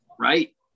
Right